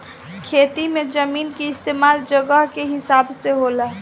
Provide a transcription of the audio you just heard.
खेती मे जमीन के इस्तमाल जगह के हिसाब से होला